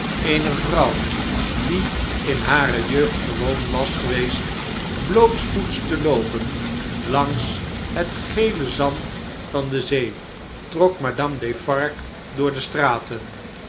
eener vrouw die in hare jeugd gewoon was geweest blootsvoets te loopen langs het gele zand van de zee trok madame defarge door de straten